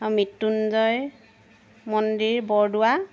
আৰু মৃত্যুঞ্জয় মন্দিৰ বৰদোৱা